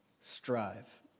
Strive